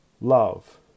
love